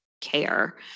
care